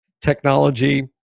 technology